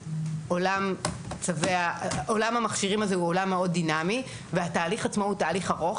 עולם המכשירים הזה הוא עולם מאוד דינאמי והתהליך עצמו הוא תהליך ארוך.